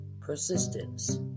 Persistence